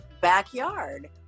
backyard